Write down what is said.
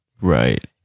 Right